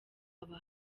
aba